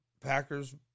Packers